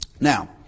Now